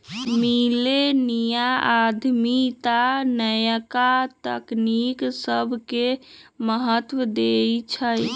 मिलेनिया उद्यमिता नयका तकनी सभके महत्व देइ छइ